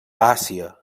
àsia